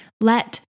Let